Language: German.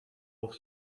auf